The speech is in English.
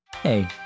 Hey